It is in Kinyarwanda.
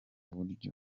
buryo